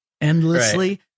endlessly